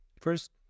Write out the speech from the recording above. First